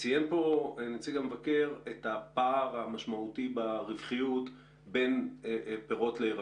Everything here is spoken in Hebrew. ציין כאן נציג המבקר את הפער המשמעותי ברווחיות בין פירות לירקות.